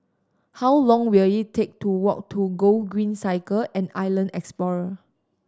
how long will it take to walk to Gogreen Cycle and Island Explorer